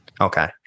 Okay